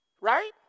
right